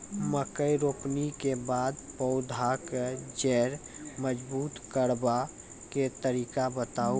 मकय रोपनी के बाद पौधाक जैर मजबूत करबा के तरीका बताऊ?